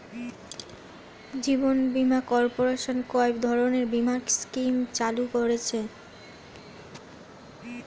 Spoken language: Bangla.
জীবন বীমা কর্পোরেশন কয় ধরনের বীমা স্কিম চালু করেছে?